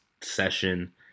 session